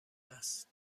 است